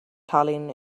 tallinn